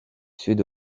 sud